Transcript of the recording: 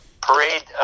parade